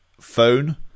phone